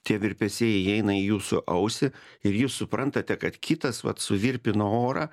tie virpesiai įeina į jūsų ausį ir jūs suprantate kad kitas vat suvirpino orą